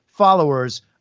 followers